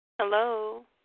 hello